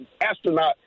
astronaut